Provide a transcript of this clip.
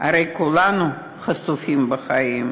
הרי כולנו חשופים בחיים.